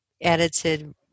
edited